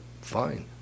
Fine